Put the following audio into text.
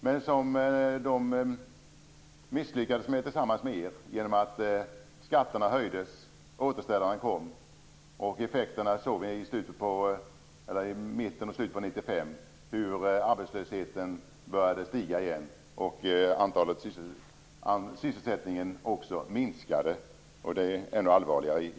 Men de misslyckades, tillsammans med er, genom skatter som höjdes och genom de återställare som kom. Effekterna såg vi i mitten och i slutet av 1995. Arbetslösheten började ju då återigen att stiga och sysselsättningen minskade, vilket är ännu allvarligare.